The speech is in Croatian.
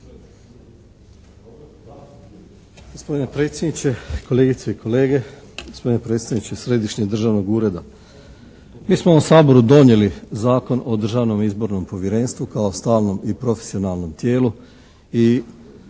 Gospodine predsjedniče, kolegice i kolege, gospodine predstavniče Središnjeg državnog ureda. Mi smo u Saboru donijeli Zakon o Državnom izbornom povjerenstvu kao stalnom i profesionalnom tijelu i